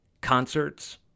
concerts